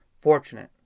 Fortunate